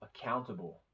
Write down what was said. accountable